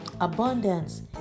abundance